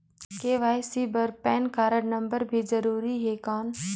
KYC बर PAN card number भी जरूरी हे कौन?